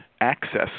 access